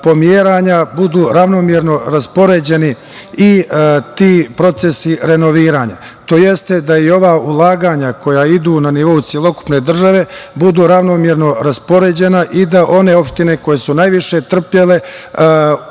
budu ravnomerno raspoređeni i ti procesi renoviranja, tj. da ova ulaganja koja idu na nivou celokupne države budu ravnomerno raspoređena i da one opštine koje su najviše trpele